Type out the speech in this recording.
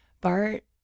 Bart